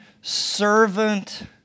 servant